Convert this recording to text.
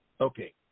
Okay